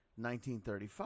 1935